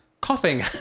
coughing